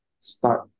start